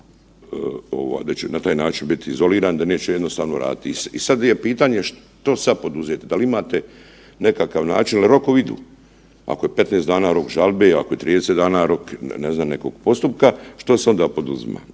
da će na taj način biti izolirani da neće jednostavno raditi. I sad je pitanje što sad poduzeti? Da li imate nekakav način, jer rokovi, ako je 15 dana rok žalbe, ako je 30 dana rok ne znam nekog postupka, što se onda poduzima?